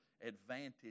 advantage